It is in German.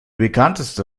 bekannteste